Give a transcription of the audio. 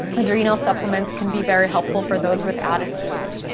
adrenal supplements can be very helpful for those with addison's.